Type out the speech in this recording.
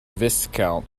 viscount